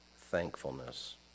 thankfulness